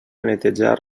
netejar